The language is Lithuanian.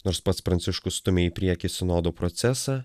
nors pats pranciškus stumia į priekį sinodo procesą